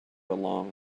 along